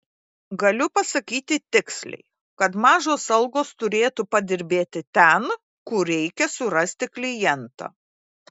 galiu pasakyti tiksliai kad mažos algos turėtų padirbėti ten kur reikia surasti klientą